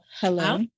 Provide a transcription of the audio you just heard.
Hello